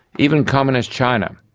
even communist china,